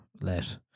let